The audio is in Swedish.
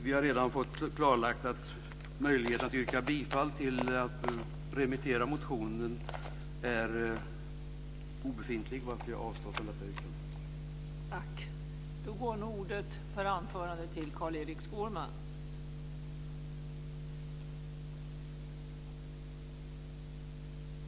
Vi har redan fått klarlagt att möjligheterna att yrka bifall till remiss av motionen är obefintliga, varför jag avstår från ett sådant yrkande.